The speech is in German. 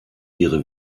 ihre